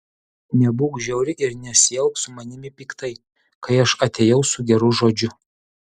nebūk žiauri ir nesielk su manimi piktai kai aš atėjau su geru žodžiu